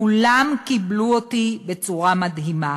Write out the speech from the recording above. כולם קיבלו אותי בצורה מדהימה.